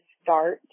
start